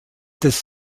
des